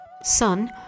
Son